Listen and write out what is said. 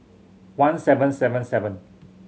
one seven seven seven